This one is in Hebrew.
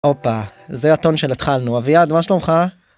הופה, זה הטון של התחלנו. אביעד, מה שלומך?